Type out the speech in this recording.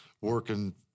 Working